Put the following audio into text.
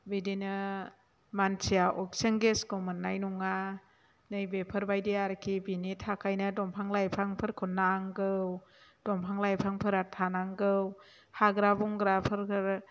बिदिनो मानसिया अक्सिजेन गेसखौ मोननाय नङा नैबेफोरबायदि आरोखि बिनि थाखायनो दंफां लाइफांफोरखौ नांगौ दंफां लाइफांफोरा थानांगौ हाग्रा बंग्राफोरखौहाय